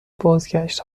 بازگشت